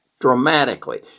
dramatically